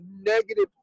negative